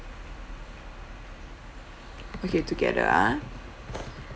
okay together ah